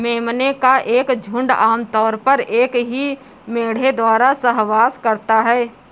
मेमने का एक झुंड आम तौर पर एक ही मेढ़े द्वारा सहवास करता है